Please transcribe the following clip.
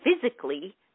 physically